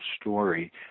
story